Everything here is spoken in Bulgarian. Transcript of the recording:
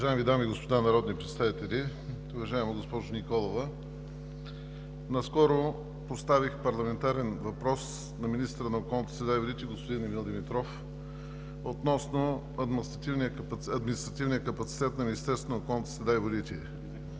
Уважаеми дами и господа народни представители! Уважаема госпожо Николова, наскоро поставих парламентарен въпрос на министъра на околната среда и водите господин Емил Димитров относно административния капацитет на Министерството на околната среда и водите.